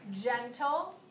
gentle